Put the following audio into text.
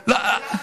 יהודה,